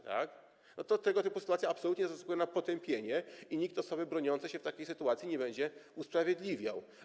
Tego typu sytuacje absolutnie zasługują na potępienie i nikt osoby broniącej się w takiej sytuacji nie będzie usprawiedliwiał.